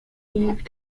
eve